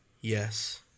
Yes